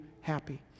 happy